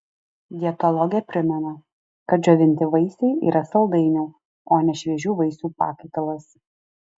dietologė primena kad džiovinti vaisiai yra saldainių o ne šviežių vaisių pakaitalas